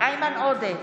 איימן עודה,